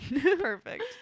Perfect